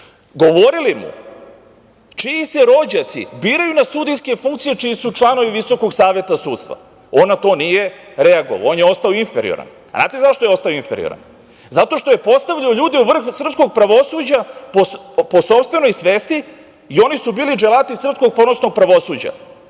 Govorili mu čiji se rođaci biraju na sudijske funkcije čiji su članovi Visokog saveta sudstva, on na to nije reagovao, on je ostao inferioran. Znate zašto je ostao inferioran? Zato što je postavljao ljude u vrh srpskog pravosuđa po sopstvenoj svesti i oni su bili dželati srpskog ponosnog pravosuđa.Zašto